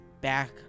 back